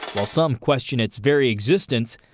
while some question its very existence,